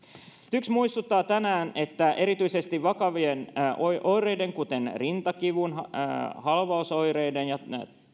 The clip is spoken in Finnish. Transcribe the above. tyks muistuttaa tänään että erityisesti vakavien oireiden kuten rintakivun halvausoireiden ja